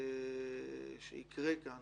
שיקרה כאן